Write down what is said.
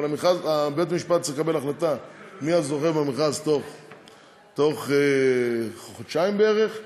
אבל בית-המשפט צריך לקבל החלטה מי הזוכה במכרז בתוך חודשיים בערך,